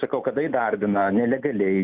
sakau kada įdarbina nelegaliai